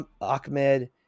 Ahmed